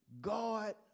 God